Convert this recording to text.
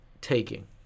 taking